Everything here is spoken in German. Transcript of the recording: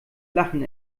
lachen